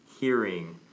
hearing